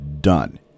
done